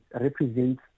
represents